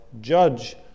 judge